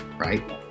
right